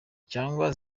cyangwa